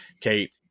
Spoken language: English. Kate